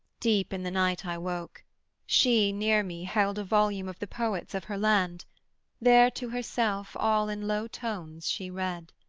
deep in the night i woke she, near me, held a volume of the poets of her land there to herself, all in low tones, she read.